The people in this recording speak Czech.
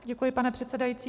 Děkuji, pane předsedající.